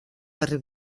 per